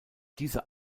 diese